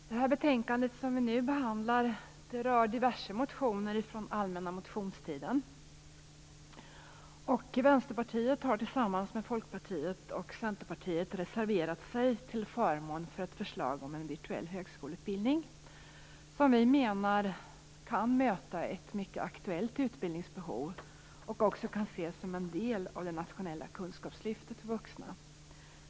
Fru talman! Det betänkande som vi nu behandlar rör diverse motioner från allmänna motionstiden. Centerpartiet reserverat sig till förmån för ett förslag om en virtuell högskoleutbildning, som vi menar kan möta ett mycket aktuellt utbildningsbehov och också kan ses som en del av det nationella kunskapslyftet för vuxna.